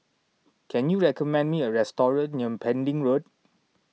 can you recommend me a restaurant near Pending Road